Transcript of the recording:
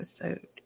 episode